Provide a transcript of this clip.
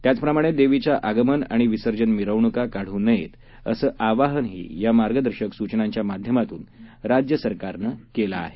त्याचप्रमाणे देवीच्या आगमन आणि विसर्जन मिरवणूका काढू नयेत असं आवाहन या मार्गदर्शक सूचनांच्या माध्यमातून राज्य सरकारनं केलं आहे